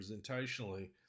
representationally